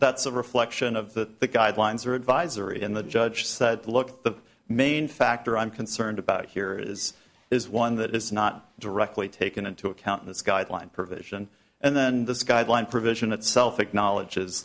that's a reflection of that the guidelines are advisory and the judge said look the main factor i'm concerned about here is is one that is not directly taken into account in this guideline provision and then this guideline provision itself acknowledges